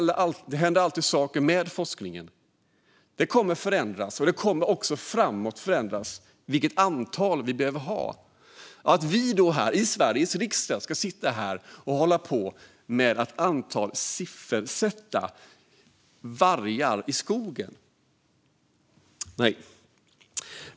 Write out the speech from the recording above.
Det händer alltid saker i forskningen, och antalet vargar vi behöver ha kommer att förändras också framåt. Därför ska Sveriges riksdag inte siffersätta antalet vargar i skogen.